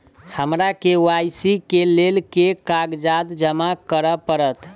हमरा के.वाई.सी केँ लेल केँ कागज जमा करऽ पड़त?